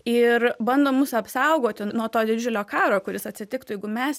ir bando mus apsaugoti nuo to didžiulio karo kuris atsitiktų jeigu mes